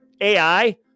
AI